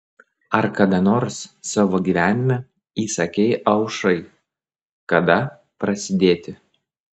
ar kada nors savo gyvenime įsakei aušrai kada prasidėti